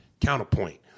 counterpoint